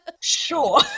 Sure